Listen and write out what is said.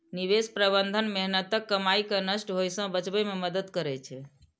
निवेश प्रबंधन मेहनतक कमाई कें नष्ट होइ सं बचबै मे मदति करै छै